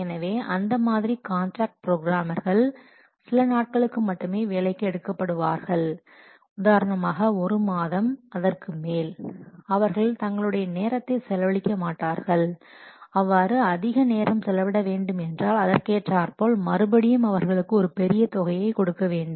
எனவே அந்த மாதிரி காண்ட்ராக்ட் ப்ரோக்ராம்ர்கள் சில நாட்களுக்கு மட்டுமே வேலைக்கு எடுக்கப்படுவார்கள் உதாரணமாக ஒரு மாதம் அதற்குமேல் அவர்கள் தங்களுடைய நேரத்தை செலவழிக்க மாட்டார்கள் அவ்வாறு அதிக நேரம் செலவிட வேண்டும் என்றால் அதற்கேற்றார்போல் மறுபடியும் அவர்களுக்கு ஒரு பெரிய தொகையை கொடுக்க வேண்டும்